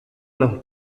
los